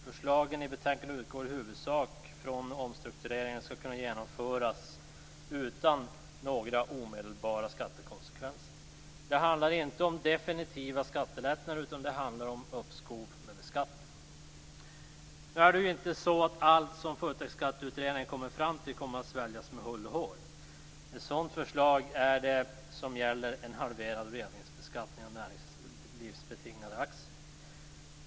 Förslagen i betänkandet utgår i huvudsak från att omstruktureringen skall kunna genomföras utan några omedelbara skattekonsekvenser. Det handlar inte om definitiva skattelättnader, utan det handlar om uppskov med beskattningen. Nu är det ju inte så att allt som Företagsskatteutredningen kommer fram till kommer att sväljas med hull och hår. Ett sådant förslag är det som gäller en halverad reavinstbeskattning av näringslivsbetingade aktier.